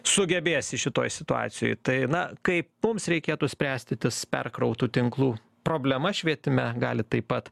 sugebėsi šitoj situacijoj tai na kaip mums reikėtų spręsti tas perkrautų tinklų problemas švietime galit taip pat